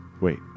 Wait